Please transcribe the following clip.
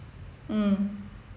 mm